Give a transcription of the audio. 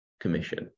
commission